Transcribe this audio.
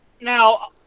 now